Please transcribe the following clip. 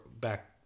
back